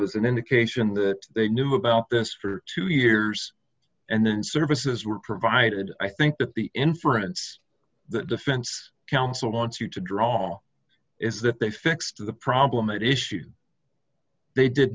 was an indication that they knew about this for two years and then services were provided i think that the inference the defense counsel wants you to draw is that they fixed the problem at issue they did